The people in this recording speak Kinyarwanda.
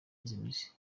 imizi